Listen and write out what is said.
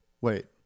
wait